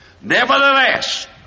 nevertheless